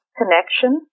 connection